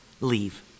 Leave